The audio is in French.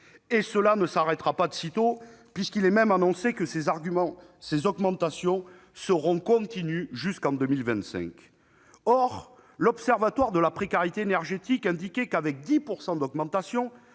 Et cela ne s'arrêtera pas de sitôt, puisqu'il est même annoncé que ces augmentations seront continues jusqu'en 2025 ! Or l'Observatoire national de la précarité énergétique (ONPE) indiquait que, avec 10 % d'augmentation-